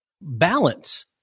balance